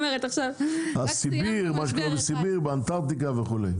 מה שקורה בסיביר, באנטארקטיקה וכולי.